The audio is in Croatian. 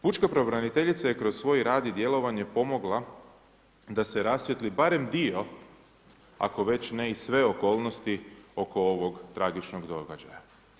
Pučka pravobraniteljica je kroz svoj rad i djelovanje pomogla da se rasvijetli barem dio ako ne već i sve okolnosti oko ovog tragičnog događaja.